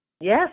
Yes